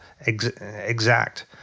exact